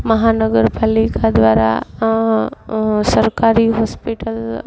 મહાનગર પાલિકા દ્વારા સરકારી હોસ્પિટલ